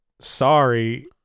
sorry